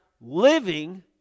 living